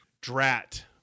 Drat